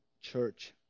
church